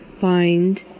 find